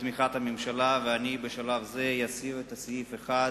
בתמיכת הממשלה, ובשלב זה אני אסיר את סעיף 1,